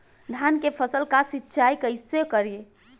धान के फसल का सिंचाई कैसे करे?